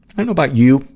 i don't know about you,